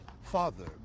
father